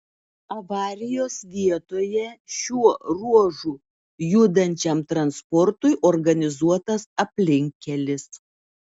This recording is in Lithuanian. avarijos vietoje šiuo ruožu judančiam transportui organizuotas aplinkkelis